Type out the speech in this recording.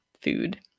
food